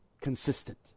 consistent